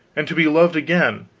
and to be loved again,